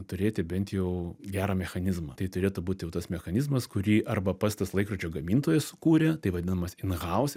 turėti bent jau gerą mechanizmą tai turėtų būti jau tas mechanizmas kurį arba pats tas laikrodžio gamintojas sukūrė tai vadinamasis in house